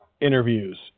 interviews